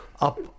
up